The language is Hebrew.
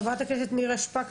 חברת הכנסת מירה שפק.